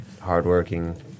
hardworking